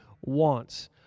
wants